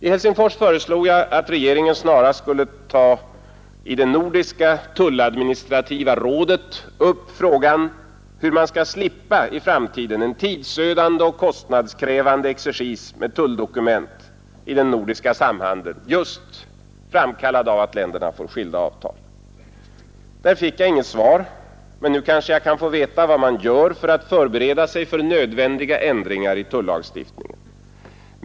I Helsingfors föreslog jag att regeringen snarast i det nordiska tulladministrativa rådet tar upp frågan om hur man i framtiden skall kunna slippa en tidsödande och kostnadskrävande exercis med tulldokument i den nordiska samhandeln, just framkallad av att länderna får skilda avtal. Där fick jag inget svar men nu kanske jag kan få veta vad man gör för att förbereda sig för nödvändiga ändringar i tullagstiftningen.